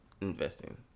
investing